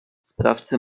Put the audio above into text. sprawcy